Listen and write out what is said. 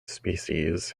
species